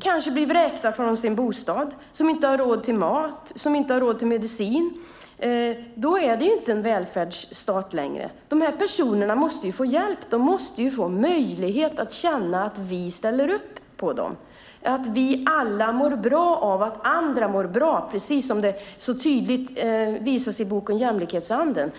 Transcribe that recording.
kanske blir vräkta från sin bostad, inte har råd med mat och inte har råd med medicin är det inte en välfärdsstat längre. De personerna måste få hjälp. De måste få möjlighet att känna att vi ställer upp. Vi mår alla bra av att andra mår bra, som det så tydligt står i boken Jämlikhetsanden .